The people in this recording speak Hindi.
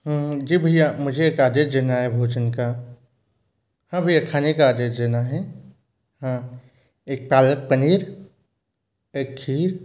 हाँ जी भैया मुझे एक आदेश देना है भोजन का हाँ भैया खाने का आदेश देना है हाँ एक पालक पनीर एक खीर